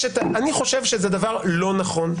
אני חושב שזה דבר לא נכון.